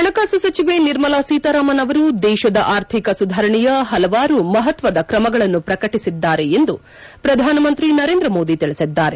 ಹಣಕಾಸು ಸಚಿವೆ ನಿರ್ಮಲಾ ಸೀತಾರಾಮನ್ ಅವರು ದೇಶದ ಆರ್ಥಿಕ ಸುಧಾರಣೆಯ ಪಲವಾರು ಮಪತ್ವದ ಕ್ರಮಗಳನ್ನು ಪ್ರಕಟಿಸಿದ್ದಾರೆ ಎಂದು ಪ್ರಧಾನಮಂತ್ರಿ ನರೇಂದ್ರ ಮೋದಿ ತಿಳಿಸಿದ್ದಾರೆ